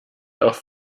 auch